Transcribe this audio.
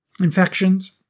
infections